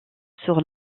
sur